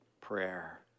prayer